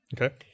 Okay